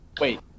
wait